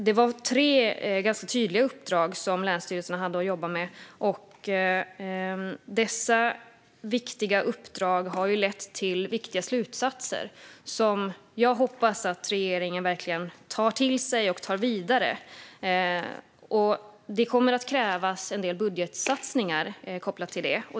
Det var tre ganska tydliga uppdrag som länsstyrelserna hade att jobba med, och dessa viktiga uppdrag har lett till viktiga slutsatser som jag hoppas att regeringen verkligen tar till sig och tar vidare. Det kommer att krävas en del budgetsatsningar kopplat till det.